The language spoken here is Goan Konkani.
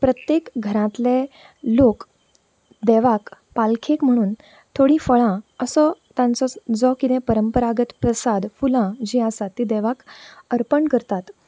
प्रत्येक घरांतले लोक देवाक पालखेक म्हणून थोडीं फळां असो तांचो जो कितें परंपरात प्रसाद फुलां जी आसात तीं देवाक अर्पण करतात